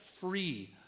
free